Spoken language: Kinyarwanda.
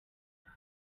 inka